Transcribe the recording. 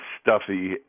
stuffy